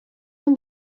این